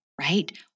right